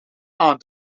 aan